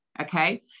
okay